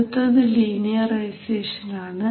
അടുത്തത് ലീനിയറൈസേഷൻ ആണ്